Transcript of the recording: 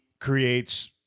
creates